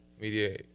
media